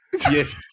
Yes